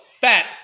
fat